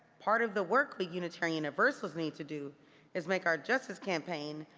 part of the work we unitarian universalists need to do is make our justice campaign,